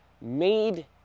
made